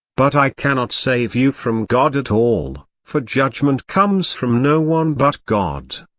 but i cannot save you from god at all, for judgment comes from no one but god.